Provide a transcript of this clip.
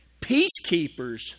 Peacekeepers